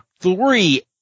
three